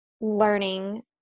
learning